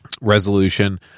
resolution